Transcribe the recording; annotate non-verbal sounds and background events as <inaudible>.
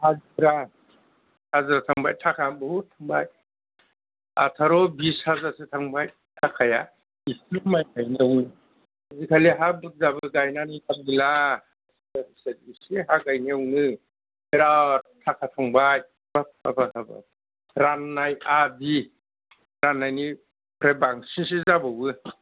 हाजिरा हाजिरा थांबाय थाखा बुहुद थांबाय आथार' बिस हाजारसो थांबाय थाखाया इसेल' माइ गायनायावनो आजिखालि हा बुरजाबो गायनानै लाभ गैला <unintelligible> इसे हा गायनायावनो बिराद थाखा थांबाय हाबाब हाबाब हाबाब राननाय आदि राननायनिफ्राय बांसिनसो जाबावो